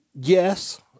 Yes